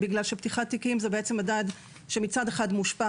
מכיוון שפתיחת תיקים זה מדד שבעצם מושפע